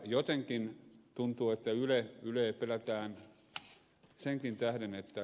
jotenkin tuntuu että yleä pelätään senkin tähden että